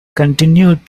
continued